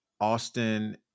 Austin